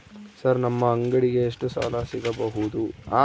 Sir ನಮ್ಮ ಅಂಗಡಿಗೆ ಎಷ್ಟು ಸಾಲ ಸಿಗಬಹುದು?